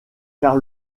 car